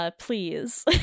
please